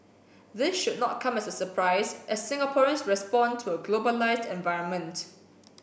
this should not come as a surprise as Singaporeans respond to a globalised environment